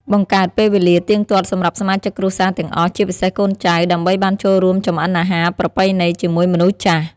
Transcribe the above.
បង្កើតពេលវេលាទៀងទាត់សម្រាប់សមាជិកគ្រួសារទាំងអស់ ជាពិសេសកូនចៅ ដើម្បីបានចូលរួមចម្អិនអាហារប្រពៃណីជាមួយមនុស្សចាស់។